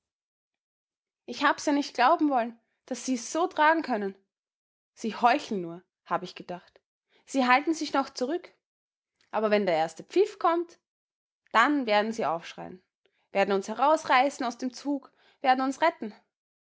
ich hab's ja nicht glauben wollen daß sie's so tragen können sie heucheln nur hab ich gedacht sie halten sich noch zurück aber wenn erst der pfiff kommt dann werden sie aufschreien werden uns herausreißen aus dem zug werden uns retten